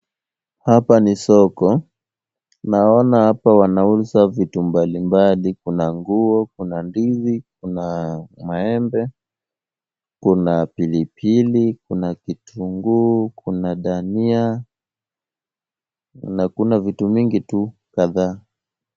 Hapa ni soko. Naona hapa wanauza vitu mbalimbali. Kuna nguo, kuna ndizi, kuna maembe, kuna pilipili, kuna kitunguu, kuna dania na kuna vitu mingi tu kadhaa.